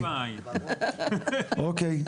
אוקיי.